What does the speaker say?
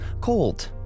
cold